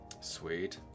Sweet